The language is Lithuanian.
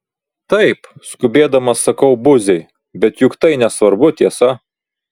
taip skubėdamas sakau buziai bet juk tai nesvarbu tiesa